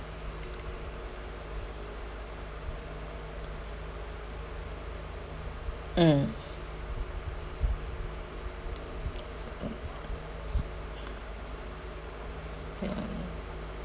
mm mm ya